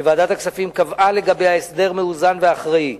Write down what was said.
שוועדת הכספים קבעה לגביה הסדר מאוזן ואחראי,